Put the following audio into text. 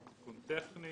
זה תיקון טכני.